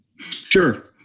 Sure